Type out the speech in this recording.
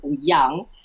young